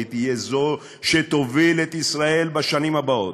והיא תהיה זו שתוביל את ישראל בשנים הבאות.